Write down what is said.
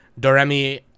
Doremi